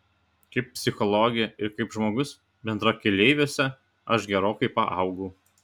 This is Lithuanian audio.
kaip psichologė ir kaip žmogus bendrakeleiviuose aš gerokai paaugau